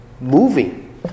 moving